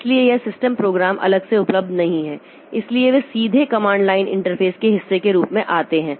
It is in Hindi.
इसलिए यह सिस्टम प्रोग्राम अलग से उपलब्ध नहीं है इसलिए वे सीधे कमांड लाइन इंटरफेस के हिस्से के रूप में आते हैं